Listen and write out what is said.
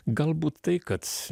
galbūt tai kad